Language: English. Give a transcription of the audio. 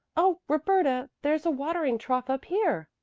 oh, roberta, there's a watering trough up here,